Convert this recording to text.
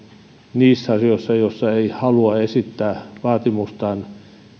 niissä asioissa joissa hän ei halua esittää vaatimustaan